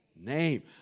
name